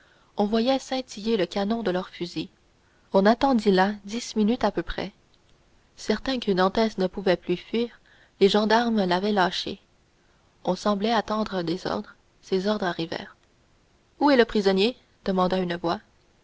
on voyait scintiller le canon de leurs fusils on attendit là dix minutes à peu près certains que dantès ne pouvait plus fuir les gendarmes l'avaient lâché on semblait attendre des ordres ces ordres arrivèrent où est le prisonnier demanda une voix